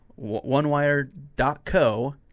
OneWire.co